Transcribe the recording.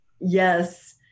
Yes